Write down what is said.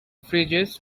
fridges